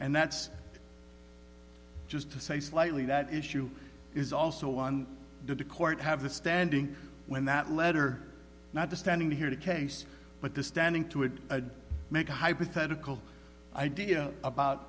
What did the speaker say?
and that's just to say slightly that issue is also on the court have the standing when that letter not the standing to hear the case but the standing to it make a hypothetical idea about